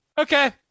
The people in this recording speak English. okay